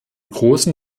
großen